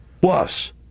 plus